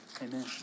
Amen